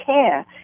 care